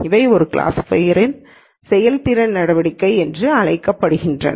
இவை ஒரு கிளாஸிஃபையர்யின் செயல்திறன் நடவடிக்கைகள் என்று அழைக்கப்படுகின்றன